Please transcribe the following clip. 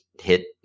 hit